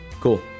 Cool